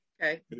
Okay